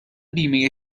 بیمه